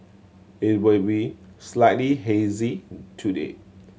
it will be slightly hazy today